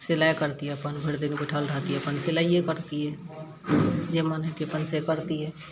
सिलाइ करतियै अपन भरि दिन बैठल रहतियै अपन सिलाइये करतियै जे मन होइतय अपन से करतियै